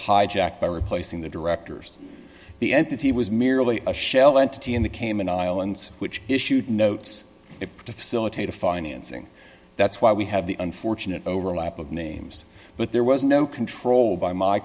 hijacked by replacing the directors the entity was merely a shell entity in the cayman islands which issued notes to facilitate a financing that's why we have the unfortunate overlap of names but there was no control by my